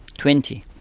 twenty.